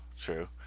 true